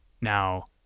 Now